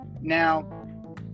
Now